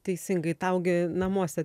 teisingai tau gi namuose